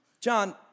John